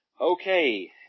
Okay